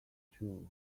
two